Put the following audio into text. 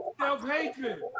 self-hatred